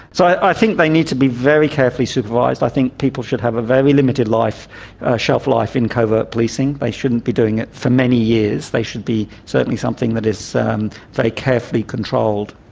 so i think they need to be very carefully supervised. i think people should have a very limited ah shelf life in covert policing. they shouldn't be doing it for many years, they should be certainly something that is so very carefully controlled.